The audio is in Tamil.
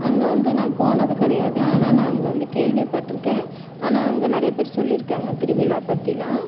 அங்கே வந்து நான் போனது கிடையாது ஆனால் நான் அங்கே வந்து கேள்விபட்டுருக்கேன் ஆனால் அங்கே நிறைய பேர் சொல்லியிருக்காங்க திருவிழா பற்றிலாம்